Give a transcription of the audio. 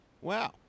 Wow